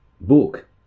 book